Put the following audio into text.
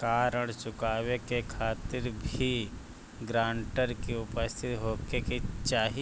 का ऋण चुकावे के खातिर भी ग्रानटर के उपस्थित होखे के चाही?